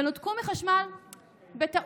ונותקו מחשמל בטעות,